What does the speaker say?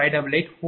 96579 p